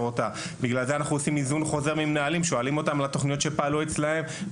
אותה; עושים היזון חוזר עם מנהלים: שואלים אותם על התכניות שפעלו אצלם,